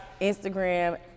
Instagram